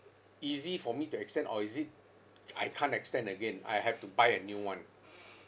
easy for me to extend or is it I can't extend again I have to buy a new [one]